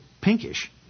Pinkish